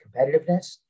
competitiveness